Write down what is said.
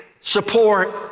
support